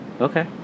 okay